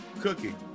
cooking